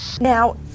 Now